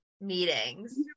meetings